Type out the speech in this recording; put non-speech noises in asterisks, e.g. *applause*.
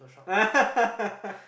*laughs*